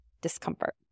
discomfort